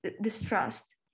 distrust